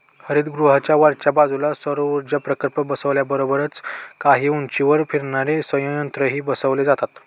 हरितगृहाच्या वरच्या बाजूला सौरऊर्जा प्रकल्प बसवण्याबरोबरच काही उंचीवर फिरणारे संयंत्रही बसवले जातात